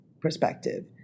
perspective